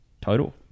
total